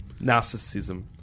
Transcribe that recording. Narcissism